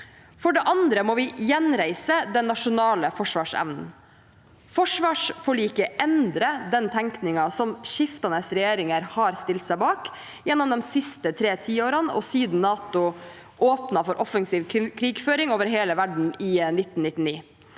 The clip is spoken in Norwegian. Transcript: For det andre må vi gjenreise den nasjonale forsvarsevnen. Forsvarsforliket endrer den tenkningen som skiftende regjeringer har stilt seg bak gjennom de siste tre tiårene og siden NATO åpnet for offensiv krigføring over